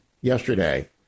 yesterday